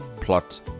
Plot